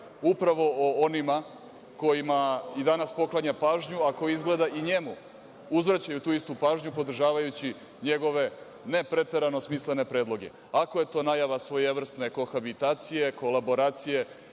upravo o onima kojima i danas poklanja pažnju, a koji izgleda i njemu uzvraćaju tu istu pažnju, podržavajući njegove ne preterano smislene predloge. Ako je to najava svojevrsne kohabitacije, kolaboracije